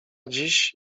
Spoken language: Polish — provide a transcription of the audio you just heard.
dziś